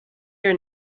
your